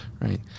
right